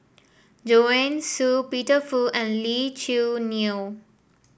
Joanne Soo Peter Fu and Lee Choo Neo